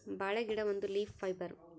ಬಾಳೆ ಗಿಡ ಒಂದು ಲೀಫ್ ಫೈಬರ್